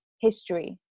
History